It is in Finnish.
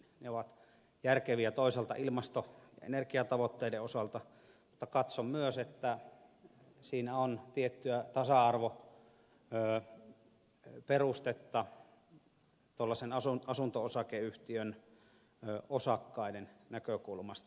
ne ovat järkeviä toisaalta ilmasto ja energiatavoitteiden osalta mutta katson myös että siinä on tiettyä tasa arvoperustetta tuollaisen asunto osakeyhtiön osakkaiden näkökulmasta